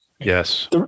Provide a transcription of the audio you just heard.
yes